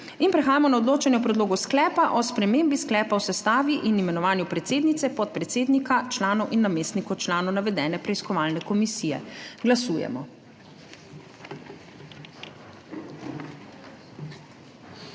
ni. Prehajamo na odločanje o predlogu sklepa o spremembi sklepa o sestavi in imenovanju predsednice, podpredsednika, članov in namestnikov članov navedene preiskovalne komisije. Glasujemo.